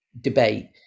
debate